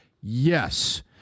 Yes